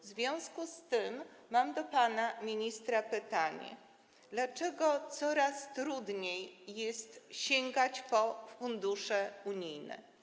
W związku z tym mam do pana ministra pytanie: Dlaczego coraz trudniej jest sięgać po fundusze unijne?